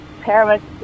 parents